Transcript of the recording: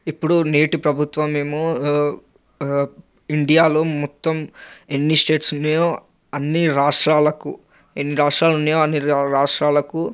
ఇప్పుడు నీటి ప్రభుత్వం ఏమో ఇండియాలో మొత్తం ఎన్ని స్టేట్స్ ఉన్నాయో అన్నీ రాష్ట్రాలకు ఎన్ని రాష్ట్రాలున్నాయో అన్ని రాష్ట్రాలకు